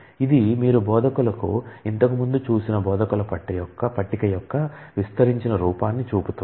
ఇది మీరు బోధకులకు ఇంతకు ముందు చూసిన బోధకుల పట్టిక యొక్క విస్తరించిన రూపాన్ని చూపుతుంది